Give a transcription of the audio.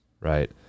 right